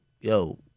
yo